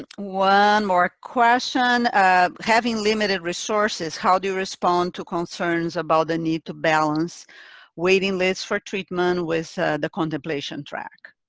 one more question having limited resources, how do you respond to concerns about the need to balance waiting lists for treatment with the contemplation track?